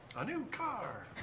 a new car!